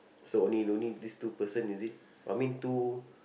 so what do you no need this two person is it but I mean two